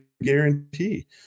guarantee